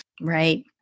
Right